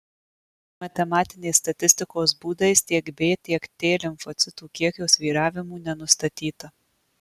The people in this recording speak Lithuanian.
matematinės statistikos būdais tiek b tiek t limfocitų kiekio svyravimų nenustatyta